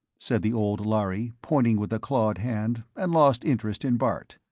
said the old lhari, pointing with a clawed hand, and lost interest in bart.